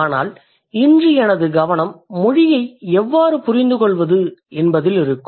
ஆனால் இன்று எனது கவனம் மொழியை எவ்வாறு புரிந்துகொள்வது என்பதில் இருக்கும்